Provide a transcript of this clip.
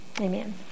Amen